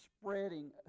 spreading